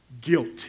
guilty